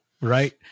Right